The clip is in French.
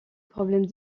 problème